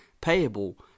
payable